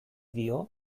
dio